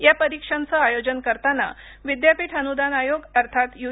या परीक्षांच आयोजन करताना विद्यापीठ अनुदान आयोग अर्थात यू